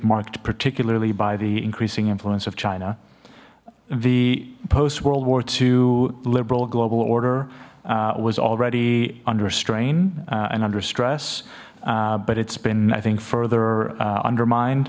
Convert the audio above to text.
marked particularly by the increasing influence of china the post world war two liberal global order was already under strain and under stress but it's been i think further undermined